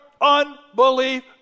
unbelief